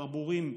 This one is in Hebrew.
ברבורים,